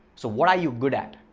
so what are you good at?